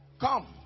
Come